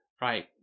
Right